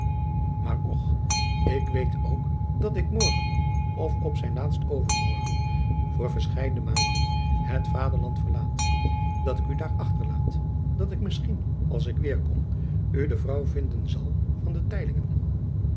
maar och ik weet ook dat ik morgen of op zijn laatst overmorgen voor verscheiden maanden het vaderland verlaat dat ik u daar achterlaat dat ik misschien als ik weêrkom u de vrouw vinden zal van van